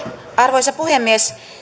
arvoisa puhemies